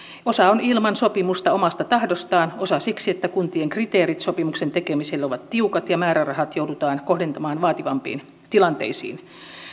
osa on ilman sopimusta omasta tahdostaan osa siksi että kuntien kriteerit sopimuksen tekemiselle ovat tiukat ja määrärahat joudutaan kohdentamaan vaativampiin tilanteisiin